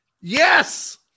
Yes